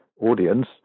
audience